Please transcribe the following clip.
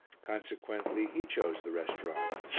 consequently he chose the restaurant,